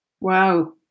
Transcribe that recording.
Wow